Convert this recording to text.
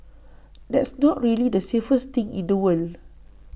that's not really the safest thing in the world